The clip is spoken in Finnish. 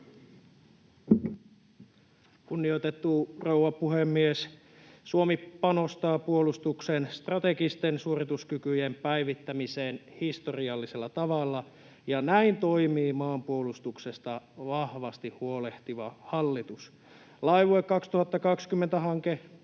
Kunnioitettu rouva puhemies! Suomi panostaa puolustuksen strategisten suorituskykyjen päivittämiseen historiallisella tavalla, ja näin toimii maanpuolustuksesta vahvasti huolehtiva hallitus. Laivue 2020 ‑hanke kehittää